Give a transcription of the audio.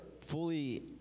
fully